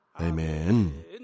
Amen